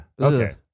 Okay